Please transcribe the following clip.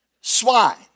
swine